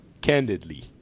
candidly